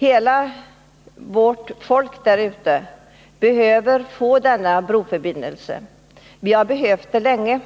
Hela befolkningen på Orust behöver denna broförbindelse. Vi har behövt den länge.